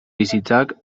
bizitzak